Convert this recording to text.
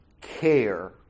care